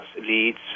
leads